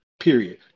Period